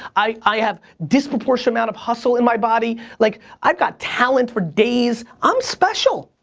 i i have disproportionate amount of hustle in my body. like i've got talent for days. i'm special.